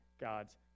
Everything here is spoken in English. God's